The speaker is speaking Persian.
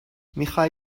میخای